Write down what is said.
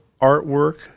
artwork